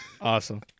Awesome